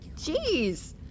Jeez